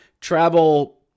travel